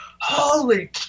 holy